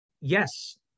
yes